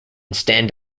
stand